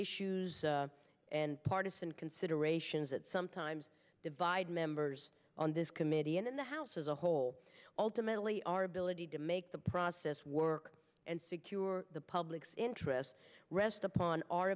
issues and partisan considerations that sometimes divide members on this committee and in the house as a whole ultimately our ability to make the process work and secure the public's interest rest upon our